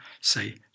say